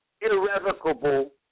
irrevocable